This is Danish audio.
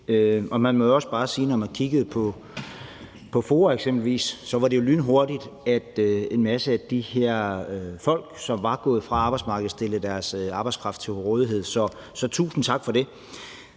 Man må jo også bare sige, at når man eksempelvis kiggede på FOA, var det jo lynhurtigt, at en masse af de her folk, som var gået fra arbejdsmarkedet, stillede deres arbejdskraft til rådighed. Så tusind tak for det.